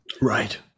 right